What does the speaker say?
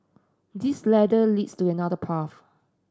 this ladder leads to another path